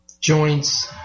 joints